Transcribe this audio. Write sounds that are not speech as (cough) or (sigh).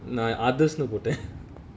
நா:na others னு போட்ட:nu pota (noise)